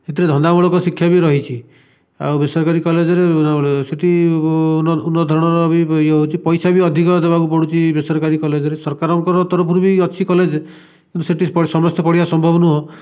ଏଥିରେ ଧନ୍ଦାମୂଳକ ଶିକ୍ଷା ବି ରହିଛି ଆଉ ବେସରକାରୀ କଲେଜରେ ବିଭିନ୍ନ ଗୁଡ଼ାଏ ସେଇଠି ଉନ୍ନ ଉନ୍ନତ ଧରଣର ବି ୟେ ହେଉଛି ପଇସା ବି ଅଧିକ ଦେବାକୁ ପଡ଼ୁଛି ବେସରକାରୀ କଲେଜରେ ସରକାରଙ୍କ ତରଫରୁ ବି ଅଛି କଲେଜ କିନ୍ତୁ ସେଇଠି ସମସ୍ତେ ପଢ଼ିବା ସମ୍ଭବ ନୁହେଁ